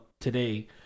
today